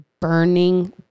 burning